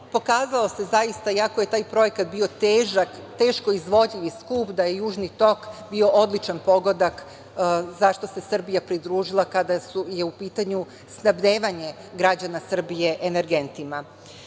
pokazalo se, zaista, iako je taj projekat bio teško izvodljiv i skup, da je Južni tok bio odličan pogodak zašto se Srbija pridružila kada je u pitanju snabdevanje građana Srbije energentima. Po